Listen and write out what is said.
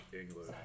English